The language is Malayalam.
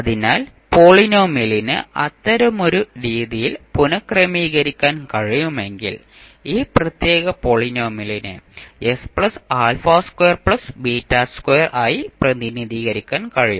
അതിനാൽ പോളിനോമിയലിനെ അത്തരമൊരു രീതിയിൽ പുനക്രമീകരിക്കാൻ കഴിയുമെങ്കിൽ ഈ പ്രത്യേക പോളിനോമിയലിനെ ആയി പ്രതിനിധീകരിക്കാൻ കഴിയും